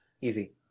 Easy